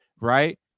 right